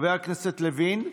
חבר הכנסת אלי אבידר,